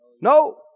no